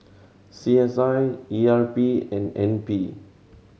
C S I E R P and N P